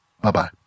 Bye-bye